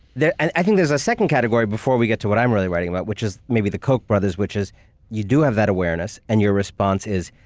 and i think there's a second category before we get to what i'm really writing about, which is maybe the koch brothers, which is you do have that awareness and your response is,